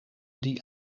die